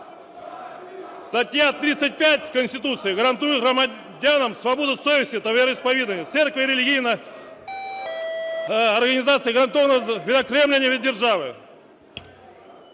Стаття 35 Конституції гарантує громадянам свободу совісті та віросповідання. Церква, релігійні організації гарантовано відокремлені від держави.